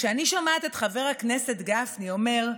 כשאני שומעת את חבר הכנסת גפני אומר: